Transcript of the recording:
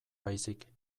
baizik